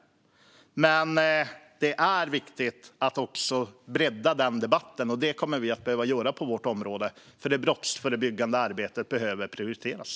Men det är viktigt att också bredda den debatten. Det kommer vi att behöva göra på vårt område, för det brottsförebyggande arbetet behöver prioriteras.